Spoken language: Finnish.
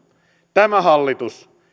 tämä hallitus